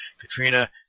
Katrina